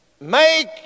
make